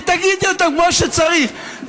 ותגידי אותם כמו שצריך.